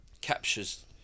captures